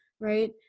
right